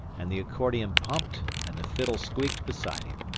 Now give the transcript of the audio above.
and the accordion pumped and the fiddle squeaked beside him.